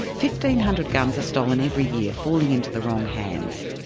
fifteen hundred guns are stolen every year, falling into the wrong hands.